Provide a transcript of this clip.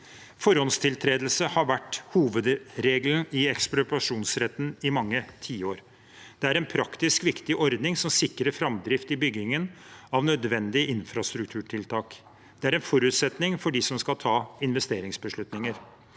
Forhåndstiltredelse har vært hovedregelen i ekspropriasjonsretten i mange tiår. Det er en praktisk viktig ordning, som sikrer framdrift i byggingen av nødvendige infrastrukturtiltak. Det er en forutsetning for dem som skal ta investeringsbeslutninger.